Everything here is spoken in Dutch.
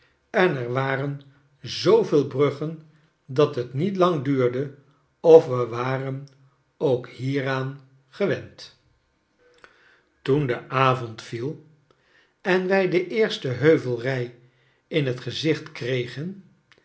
en er waren zooveel bruggen dat het niet lang duurde of we waren ook hieraan gewend schetsen uit amerika toen de avond viel en wij de eerste heuvelrij in t gezicht kregen